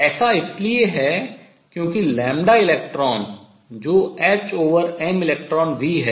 ऐसा इसलिए है क्योंकि electrons जो hmelectronv है